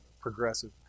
progressive